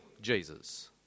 Jesus